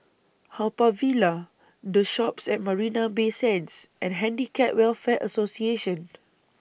Haw Par Villa The Shoppes At Marina Bay Sands and Handicap Welfare Association